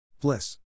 Bliss